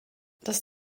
das